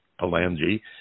Palangi